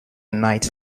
night